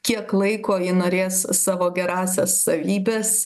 kiek laiko ji norės savo gerąsias savybes